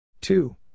Two